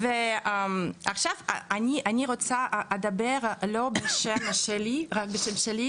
עכשיו אני אדבר לא רק בשם שלי,